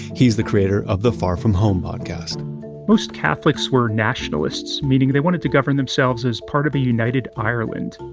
he's the creator of the far from home podcast most catholics were nationalists, meaning they wanted to govern themselves as part of the united ireland.